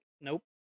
Nope